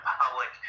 public